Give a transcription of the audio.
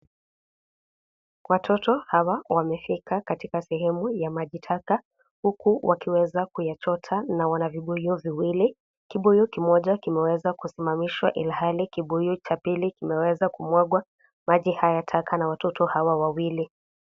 Watoto hawa wamefika katika sehemu ya maji taka huku wakiweza kuyachota na wana vibuyu viwili, kibuyu kimoja kimeweza kusimamishwa ilhali kibuyu cha pili kimeweza kumwagwa maji haya taka na watoto hao wawili.